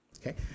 okay